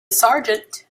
sergeant